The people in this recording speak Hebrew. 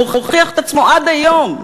הוא מוכיח את עצמו עד היום.